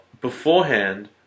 beforehand